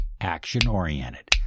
action-oriented